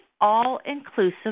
all-inclusive